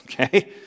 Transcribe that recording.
okay